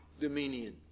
dominion